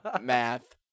Math